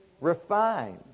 refined